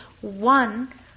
one